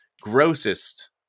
grossest